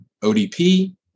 ODP